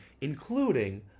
including